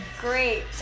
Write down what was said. Great